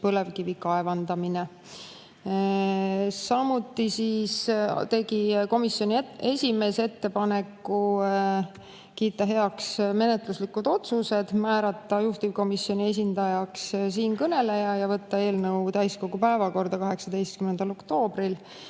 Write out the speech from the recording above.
põlevkivi kaevandamine. Samuti tegi komisjoni esimees ettepaneku kiita heaks menetluslikud otsused: määrata juhtivkomisjoni esindajaks siinkõneleja, võtta eelnõu täiskogu päevakorda 18. oktoobril